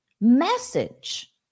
message